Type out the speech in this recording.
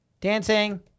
dancing